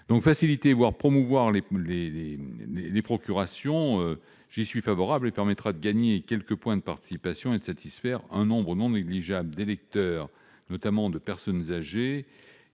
de faciliter, voire de promouvoir les procurations, car cela permettra de gagner quelques points de participation et de satisfaire un nombre non négligeable d'électeurs, notamment de personnes âgées.